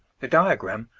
the diagram,